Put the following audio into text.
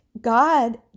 god